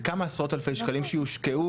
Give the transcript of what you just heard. זה כמה עשרות אלפי שקלים שיושקעו,